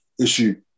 issue